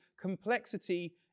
complexity